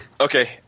okay